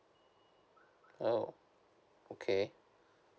oh okay